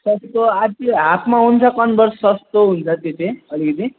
सस्तो अब त्यो हापमा आउँछ कनभर्स सस्तो हुन्छ त्यो चाहिँ